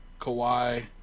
Kawhi